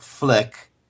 Flick